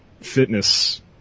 fitness